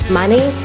money